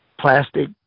plastic